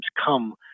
come